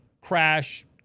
crash